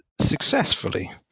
successfully